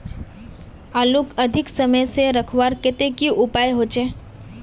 आलूक अधिक समय से रखवार केते की उपाय होचे?